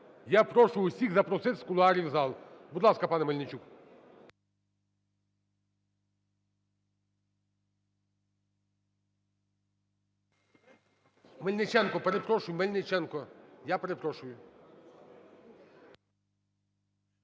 Я прошу усіх запросити з кулуарів в зал. Будь ласка, пане Мельничук. Мельниченко, перепрошую, Мельниченко. Я перепрошую.